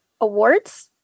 awards